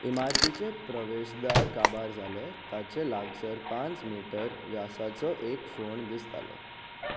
इमारतीचे प्रवेशदार काबार जालें ताचे लागसार पांच मीटर व्यासाचो एक फोंड दिसतालो